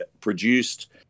produced